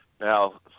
now